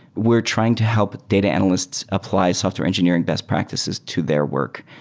we're trying to help data analysts apply software engineering best practices to their work.